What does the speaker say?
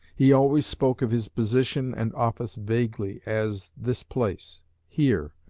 he always spoke of his position and office vaguely, as, this place here,